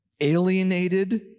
alienated